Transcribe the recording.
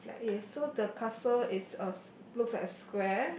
yes so the castle is uh looks like a square